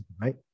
right